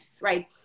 right